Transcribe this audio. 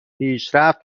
پیشرفت